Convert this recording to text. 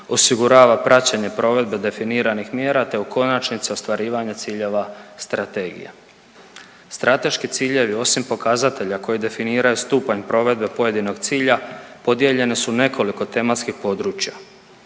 osigurava praćenje provedbe definiranih mjera, te u konačnici ostvarivanje ciljeva strategije. Strateški ciljevi osim pokazatelja koji definiraju stupanj provedbe pojedinog cilja podijeljene su u nekoliko tematskih područja